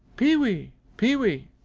pee-wee! pee-wee!